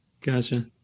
gotcha